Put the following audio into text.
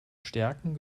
stärken